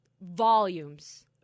volumes